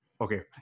Okay